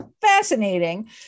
fascinating